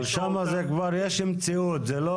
שם כבר יש מציאות של המסדרון הזה,